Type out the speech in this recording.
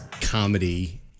comedy